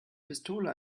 pistole